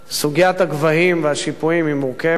סוגיית הגבהים והשיפועים היא מורכבת,